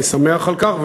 אני שמח על כך.